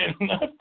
enough